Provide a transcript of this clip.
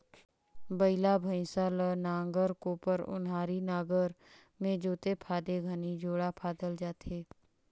बइला भइसा ल नांगर, कोपर, ओन्हारी नागर मे जोते फादे घनी जोड़ा फादल जाथे